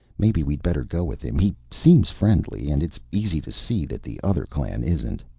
maybe we'd better go with him. he seems friendly, and it's easy to see that the other clan isn't.